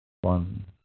One